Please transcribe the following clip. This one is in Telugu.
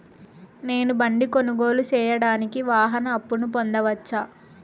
నేను బండి కొనుగోలు సేయడానికి వాహన అప్పును పొందవచ్చా?